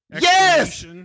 Yes